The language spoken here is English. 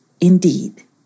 indeed